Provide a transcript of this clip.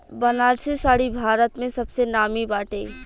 बनारसी साड़ी भारत में सबसे नामी बाटे